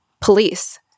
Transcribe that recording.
Police